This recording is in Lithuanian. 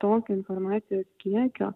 tokio informacijos kiekio